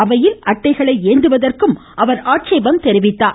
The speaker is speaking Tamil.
அவையில் அட்டைகளை ஏந்துவதற்கும் அவர் ஆட்சேபம் தெரிவித்தார்